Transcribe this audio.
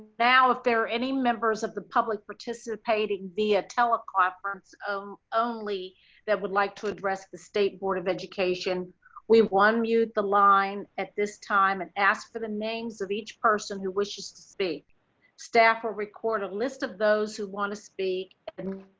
now if there any members of the public participating via teleconference of only that would like to address the state board of education. karen white we've won mute the line at this time and ask for the names of each person who wishes to speak staff or record a list of those who want to speak and